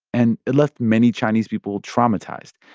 and it left many chinese people traumatized.